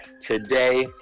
today